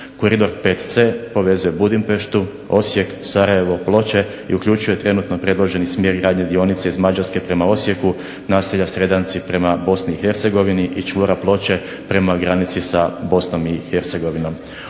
Koridor VC povezuje Budimpeštu, Osijek, Sarajevo, Ploče i uključuje trenutno predloženi smjer gradnje dionice iz Mađarske prema Osijeku, naselja Sredanci prema Bosni i Hercegovini i čvora Ploče prema granici sa Bosnom i Hercegovinom.